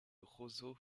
roseaux